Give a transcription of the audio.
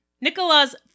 Nicola's